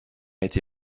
été